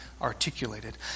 articulated